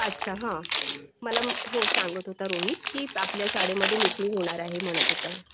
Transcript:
अच्छा हां मला हो सांगत होता रोहित की आपल्या शाळेमध्ये मीटिंग होणार आहे म्हणत होता